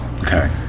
Okay